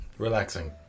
Relaxing